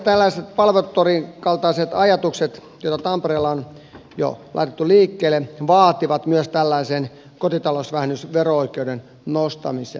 tällaiset palvelutorin kaltaiset ajatukset joita tampereella on jo laitettu liikkeelle vaativat myös tällaisen kotitalousverovähennysoikeuden nostamisen